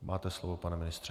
Máte slovo, pane ministře.